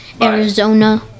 Arizona